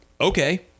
okay